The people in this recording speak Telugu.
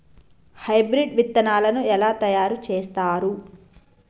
హైబ్రిడ్ విత్తనాలను ఎలా తయారు చేస్తారు?